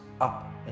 up